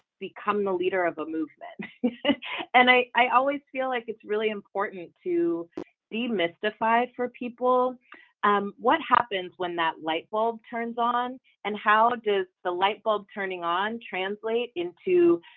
become the leader of a movement and i i always feel like it's really important to be mystified for people um what happens when that light bulb turns on and how does the light bulb turning on translate into?